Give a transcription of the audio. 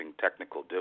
technical